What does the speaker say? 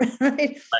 right